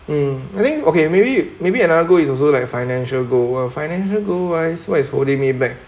mm I think okay maybe maybe another goal is also like financial goal uh financial goal wise what is holding me back